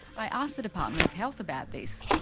i asked the department of health about this,